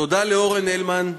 תודה לאורן הלמן,